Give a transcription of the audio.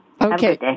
Okay